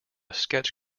sketch